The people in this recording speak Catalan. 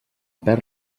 perd